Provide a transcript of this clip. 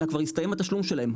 אלא כבר הסתיים התשלום שלהם,